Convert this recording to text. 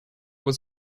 was